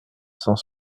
cent